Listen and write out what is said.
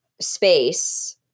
space